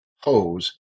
hose